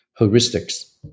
heuristics